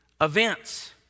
events